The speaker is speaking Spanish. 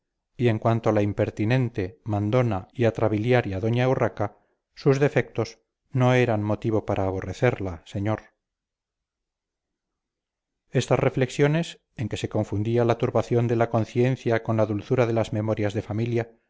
y en cuanto a la impertinente mandona y atrabiliaria doña urraca sus defectos no eran motivo para aborrecerla señor estas reflexiones en que se confundía la turbación de la conciencia con la dulzura de las memorias de familia